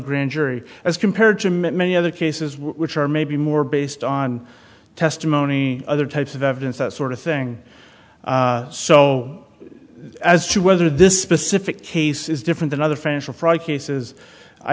grand jury as compared to many other cases which are maybe more based on testimony other types of evidence that sort of thing so as to whether this specific case is different than other financial fraud cases i